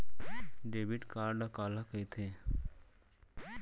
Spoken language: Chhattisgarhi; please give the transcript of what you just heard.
डेबिट कारड काला कहिथे?